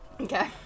Okay